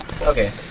Okay